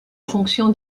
fonction